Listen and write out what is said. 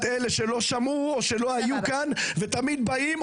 אלה שלא שמעו או שלא היו כאן ותמיד באים,